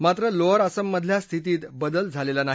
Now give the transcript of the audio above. मात्र लोअर असममधल्या स्थितीत बदल झालेला नाही